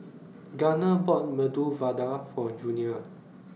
Gunner bought Medu Vada For Junior